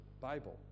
Bible